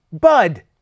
Bud